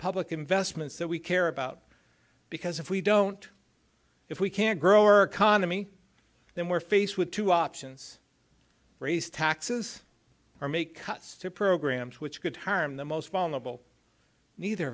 public investments that we care about because if we don't if we can't grow our economy then we're faced with two options raise taxes or make cuts to programs which could harm the most vulnerable neither